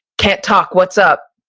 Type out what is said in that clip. can't talk, what's up?